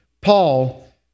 Paul